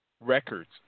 records